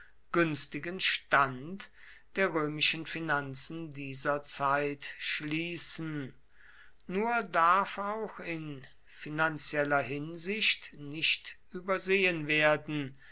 günstigen stand der römischen finanzen dieser zeit schließen nur darf auch in finanzieller hinsicht nicht übersehen werden